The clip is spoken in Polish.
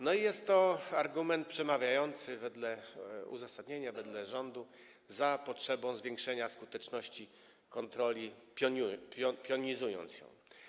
No, i jest to argument przemawiający wedle uzasadnienia, wedle rządu za potrzebą zwiększenia skuteczności kontroli przez jej pionizację.